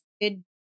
good